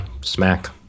smack